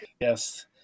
Yes